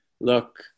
Look